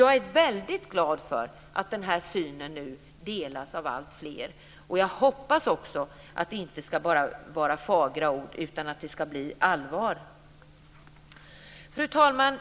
Jag är väldig glad för att den här synen nu delas av alltfler. Jag hoppas också att det inte bara ska vara fagra ord, utan att det ska bli allvar. Fru talman!